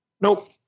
Nope